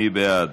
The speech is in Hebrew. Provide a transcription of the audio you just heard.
מי בעד?